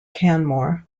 canmore